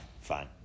Fine